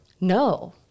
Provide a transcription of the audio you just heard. No